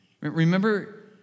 Remember